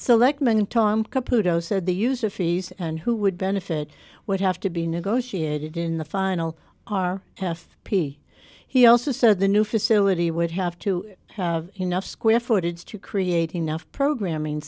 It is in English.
computer said the user fees and who would benefit would have to be negotiated in the final r f p he also said the new facility would have to have enough square footage to create enough programming